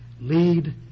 lead